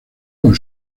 con